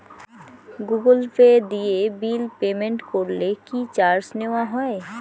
Google Pay দিয়ে bill payment করলে কি চার্জ নেওয়া হয়?